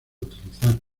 utilizar